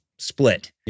split